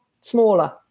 smaller